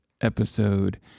episode